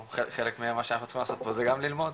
חלק ממה שאנחנו צריכים לעשות פה זה גם ללמוד,